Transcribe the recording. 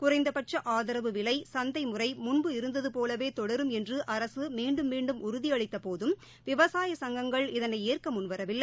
குறைந்தபட்ச ஆதரவு விலை சந்தைமுறை முன்பு இருந்ததுபோலவே தொடரும் என்று அரசு மீண்டும் மீண்டும் உறுதி அளித்தபோதும் விவசாய சங்கங்கள் இதனை ஏற்க முன்வரவில்லை